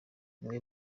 niwe